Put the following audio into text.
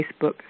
Facebook